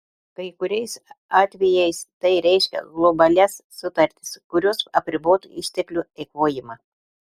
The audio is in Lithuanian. kai kuriais atvejais tai reiškia globalias sutartis kurios apribotų išteklių eikvojimą